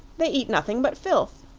they eat nothing but filth.